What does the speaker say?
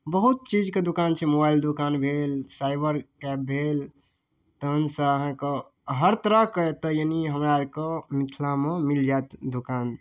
बहुत चीजके दोकान छै मोबाइल दोकान भेल साइबर कैफे भेल तखनसँ अहाँकेँ हर तरहके एतय यानि हमरा आओरके मिथिलामे मिल जायत दोकान